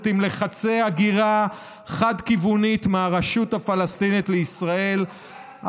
עם לחצי הגירה חד-כיוונית מהרשות הפלסטינית לישראל,